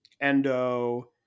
Endo